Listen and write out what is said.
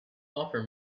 offer